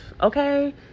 okay